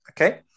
Okay